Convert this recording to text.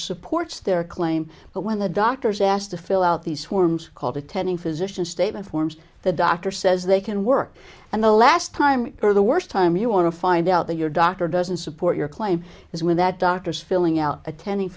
supports their claim but when the doctors asked to fill out these forms called attending physician statement forms the doctor says they can work and the last time or the worst time you want to find out that your doctor doesn't support your claim is when that doctor's filling out attending